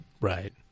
Right